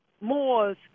Moore's